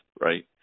Right